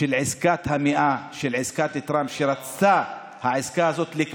של עסקת המאה, העסקה של טראמפ, שרצתה לקבור